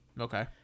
okay